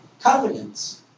covenants